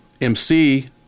MC